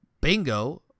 Bingo